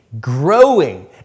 growing